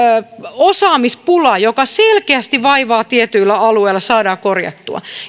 osaamispula joka selkeästi vaivaa tietyillä alueilla saadaan korjattua